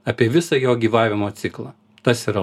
apie visą jo gyvavimo ciklą tas yra